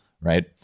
Right